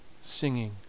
singing